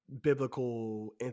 biblical